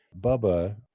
bubba